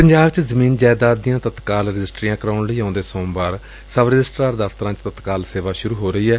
ਪੰਜਾਬ ਚ ਜ਼ਮੀਨ ਜਾਇਦਾਦ ਦੀਆਂ ਤਤਕਾਲ ਰਜਿਸਟਰੀਆਂ ਕਰਾਉਣ ਲਈ ਆਉਂਦੇ ਸੋਮਵਾਰ ਸਬ ਰਜਿਸਟਰਾਰ ਦਫਤਰਾਂ ਚ ਤਤਕਾਲ ਸੇਵਾ ਸ਼ਰਰ ਹੋ ਰਹੀ ਏ